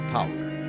Power